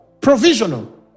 Provisional